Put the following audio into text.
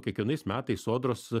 kiekvienais metais sodros